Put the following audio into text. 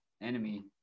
enemy